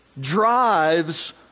drives